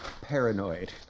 Paranoid